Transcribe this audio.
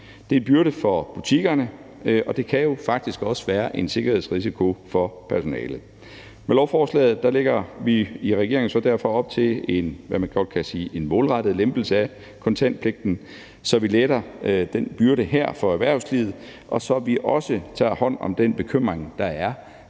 Det er en byrde for butikkerne, og det kan faktisk også være en sikkerhedsrisiko for personalet. Med lovforslaget lægger vi i regeringen derfor op til en målrettet lempelse, kan man godt sige, af kontantpligten, så vi letter den byrde her for erhvervslivet, og så vi også tager hånd om den bekymring, der er